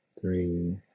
Three